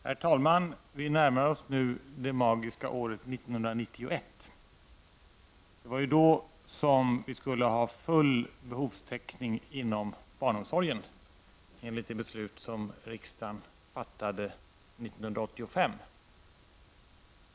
Herr talman! Vi närmar oss nu det magiska året 1991. Det var ju då som vi skulle ha full behovstäckning inom barnomsorgen enligt det beslut som riksdagen fattade under år 1985.